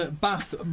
Bath